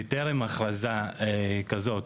בטרם הכרזה כזאת,